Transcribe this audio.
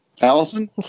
Allison